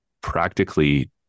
practically